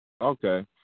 Okay